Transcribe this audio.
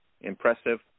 Impressive